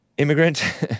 Immigrant